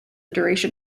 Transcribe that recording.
duration